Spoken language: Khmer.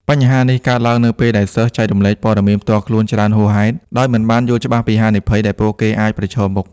បញ្ហានេះកើតឡើងនៅពេលដែលសិស្ស ចែករំលែកព័ត៌មានផ្ទាល់ខ្លួនច្រើនហួសហេតុ ដោយមិនបានយល់ច្បាស់ពីហានិភ័យដែលពួកគេអាចប្រឈមមុខ។